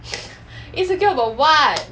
insecure about what